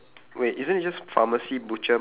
there's a pet wait wait wait